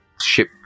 ship